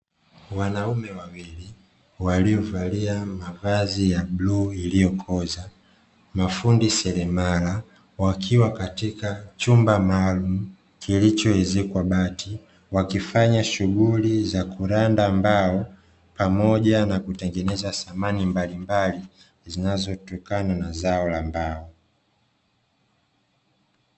Wanaume wawili waliovalia mavazi ya bluu iliyokoza. Mafundi seremala wakiwa katika chumba maalumu kilichoezekwa bati wakifanya shughuli za kuranda mbao, pamoja na kutengeneza samani mbalimbali zinazotokana na zao la mbao.